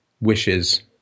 wishes